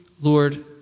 Lord